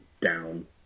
down